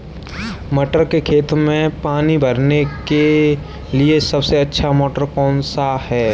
मटर के खेत में पानी भरने के लिए सबसे अच्छा मोटर कौन सा है?